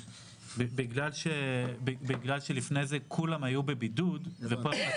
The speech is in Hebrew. בגלל שלפני זה כולם היו בבידוד אז היינו